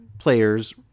players